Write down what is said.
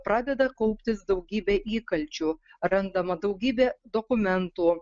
pradeda kauptis daugybė įkalčių randama daugybė dokumentų